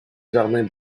jardin